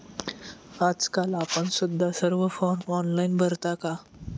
आजकाल आपण सुद्धा सर्व फॉर्म ऑनलाइन भरता का?